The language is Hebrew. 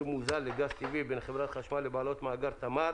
מוזל לגז טבעי בין חברת החשמל לבעלות מאגר תמר